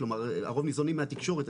כלומר הרוב ניזונים מהתקשורת.